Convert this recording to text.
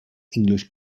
english